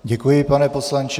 Děkuji, pane poslanče.